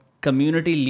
community